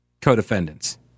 co-defendants